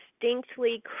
distinctly